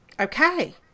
Okay